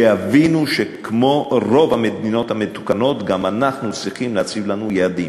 שיבינו שכמו רוב המדינות המתוקנות גם אנחנו צריכים להציב לנו יעדים.